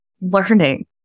learning